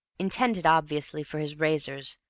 intended obviously for his razors,